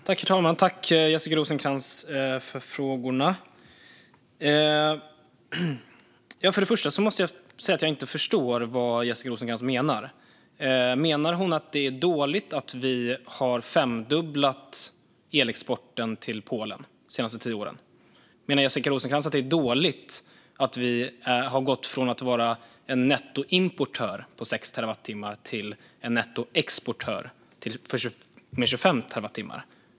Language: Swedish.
Herr talman! Tack, Jessica Rosencrantz, för frågorna! Jag måste säga att jag inte förstår vad Jessica Rosencrantz menar. Menar hon att det är dåligt att vi har femdubblat elexporten till Polen de senaste tio åren? Menar Jessica Rosencrantz att det är dåligt att vi har gått från att nettoimportera 6 terawattimmar till att nettoexportera 25 terawattimmar?